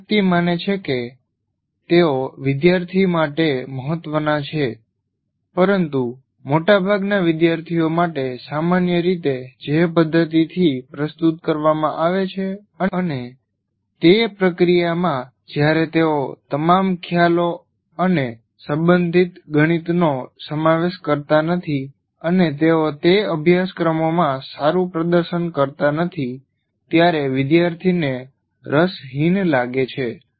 દરેક વ્યક્તિ માને છે કે તેઓ વિદ્યાર્થી માટે મહત્વના છે પરંતુ મોટાભાગના વિદ્યાર્થીઓ માટે સામાન્ય રીતે જે પ્રદ્ધતીથી પ્રસ્તુત કરવામાં આવે છે અને તે પ્રક્રિયામાં જ્યારે તેઓ તમામ ખ્યાલો અને સંબંધિત ગણિતનો સમાવેશ કરતા નથી અને તેઓ તે અભ્યાસક્રમોમાં સારું પ્રદર્શન કરતા નથી ત્યારે વિદ્યાર્થીને રસહીન લાગે છે